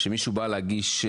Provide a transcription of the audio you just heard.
כשמישהו בא להגיש,